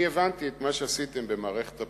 אני הבנתי את מה שעשיתם במערכת הבחירות.